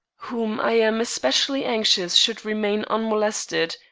whom i am especially anxious should remain unmolested,